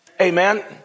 Amen